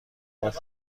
کاش